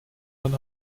dann